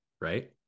right